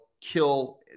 kill